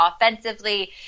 offensively